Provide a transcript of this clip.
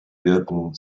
wirken